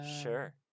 Sure